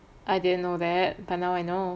I didn't know that but now I know